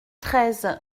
treize